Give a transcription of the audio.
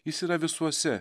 jis yra visuose